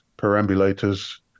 Perambulators